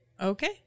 Okay